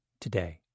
today